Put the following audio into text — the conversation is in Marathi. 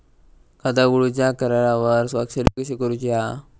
खाता उघडूच्या करारावर स्वाक्षरी कशी करूची हा?